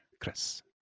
Chris